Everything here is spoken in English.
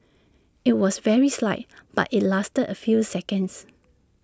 IT was very slight but IT lasted A few seconds